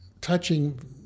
touching